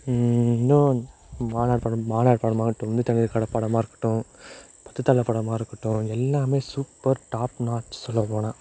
இன்னும் மாநாடு படம் மாநாடு படமாகட்டும் வெந்து தணிந்தது காடு படமாக இருக்கட்டும் பத்துத்தலை படமாக இருக்கட்டும் எல்லாம் சூப்பர் டாப் நாச் சொல்லப்போனால்